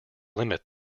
limit